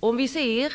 Om vi